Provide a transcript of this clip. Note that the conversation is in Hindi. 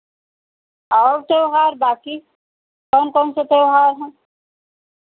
और त्योहार बाँकी कौन कौन से त्योहार हैं